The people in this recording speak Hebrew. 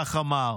כך אמר.